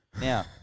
Now